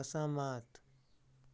असहमत